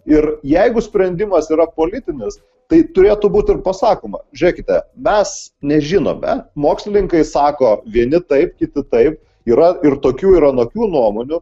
ir jeigu sprendimas yra politinis tai turėtų būti ir pasakoma žiūrėkite mes nežinome mokslininkai sako vieni taip kiti taip yra ir tokių ir anokių nuomonių